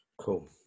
Cool